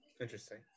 Interesting